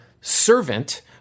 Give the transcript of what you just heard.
servant